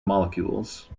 molecules